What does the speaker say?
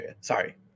sorry